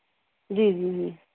ਜੀ ਜੀ ਜੀ